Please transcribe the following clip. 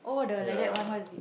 ya